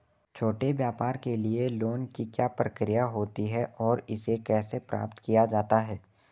छोटे व्यापार के लिए लोंन की क्या प्रक्रिया होती है और इसे कैसे प्राप्त किया जाता है?